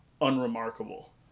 unremarkable